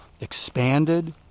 expanded